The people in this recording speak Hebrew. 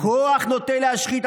כוח נוטה להשחית,